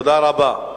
תודה רבה.